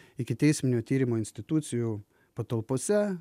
ikiteisminio tyrimo institucijų patalpose